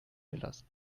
gelassen